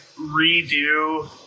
redo